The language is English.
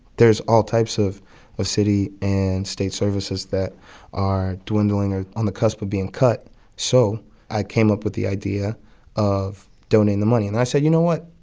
there's all types of of city and state services that are dwindling or on the cusp of being cut so i came up with the idea of donating the money. and i said, you know what?